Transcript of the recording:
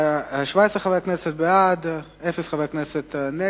חברי חברי הכנסת, 17 בעד, אין מתנגדים,